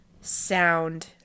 sound